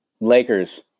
Lakers